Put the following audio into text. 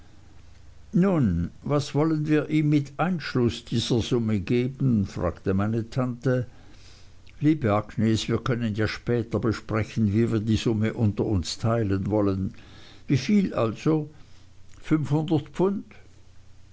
nun was wollen wir ihm mit einschluß dieser summe geben fragte meine tante liebe agnes wir können später ja besprechen wie wir die summe unter uns teilen wollen wie viel also fünfhundert pfund